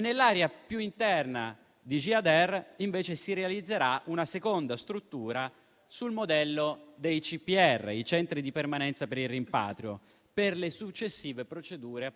nell'area più interna di Gjader, invece, si realizzerà una seconda struttura, sul modello dei centri di permanenza per il rimpatrio (CPR), appunto per le successive procedure